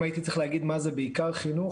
אם הייתי צריך להגיד מה זה בעיקר חינוך,